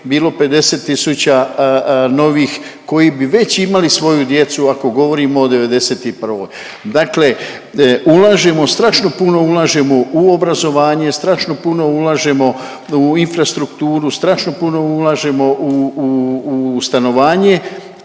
bilo 50 tisuća novih koji bi već imali svoju djecu ako govorimo o '91.. Dakle ulažemo, strašno puno ulažemo u obrazovanje, strašno puno ulažemo u infrastrukturu, strašno puno ulažemo u, u, u stanovanje,